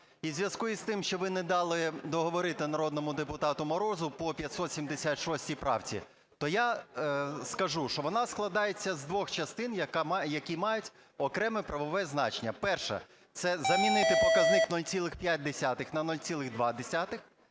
У зв'язку з тим, що ви не дали договорити народному депутату Морозу по 576 правці, то я скажу, що вона складається з двох частин, які мають окреме правове значення. Перше: це замінити показник "0,5" на "0,2",